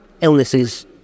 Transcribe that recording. illnesses